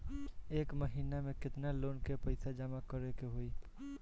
एक महिना मे केतना लोन क पईसा जमा करे क होइ?